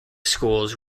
schools